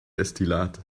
destillat